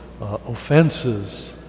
offenses